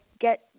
get